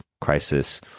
crisis